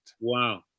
Wow